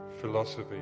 philosophy